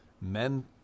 men